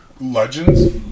legends